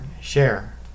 share